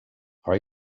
are